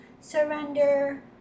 surrender